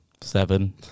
seven